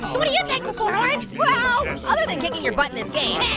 what are you thankful for orange? well, other than kicking your butt in this game,